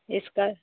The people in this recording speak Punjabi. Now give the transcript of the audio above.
ਇਸ ਕਰ